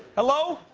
hello?